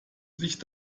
sich